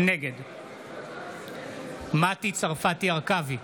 נגד מטי צרפתי הרכבי,